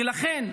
ולכן,